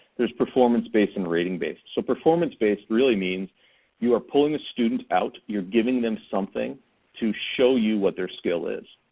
there's performance-based and rating-based. so performance-based really means you are pulling a student out, you're giving them something to show you what their skill is.